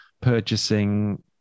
purchasing